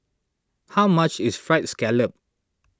how much is Fried Scallop